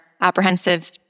apprehensive